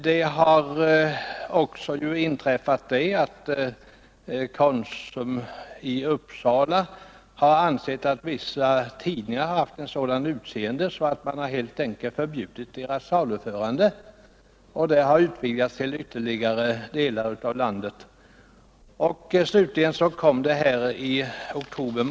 Vidare har vissa tidningar haft ett sådant utseende att Konsum i Uppsala förbjudit deras saluförande, och man har i andra delar av landet följt det exemplet.